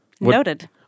Noted